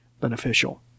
beneficial